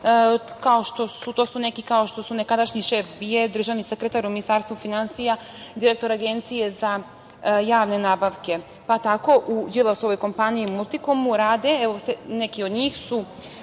To su neki kao što su nekadašnji šef BIA-e, državni sekretar u Ministarstvu finansija, direktor Agencije za javne nabavke, pa tako u Đilasovoj kompaniji „Multikomu“ rade, evo, neki od njih su